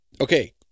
Okay